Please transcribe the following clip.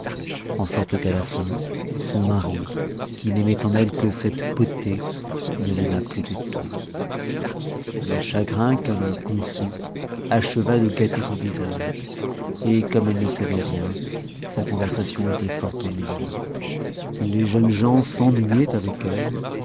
en sorte qu'à la fin son mari qui n'aimait en elle que cette beauté ne l'aima plus du tout le chagrin qu'elle en conçut acheva de gâter son visage et comme elle ne savait rien sa conversation était fort ennuyeuse les jeunes gens s'ennuyaient avec elle